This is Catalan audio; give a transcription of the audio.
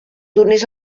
donés